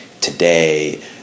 today